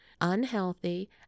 unhealthy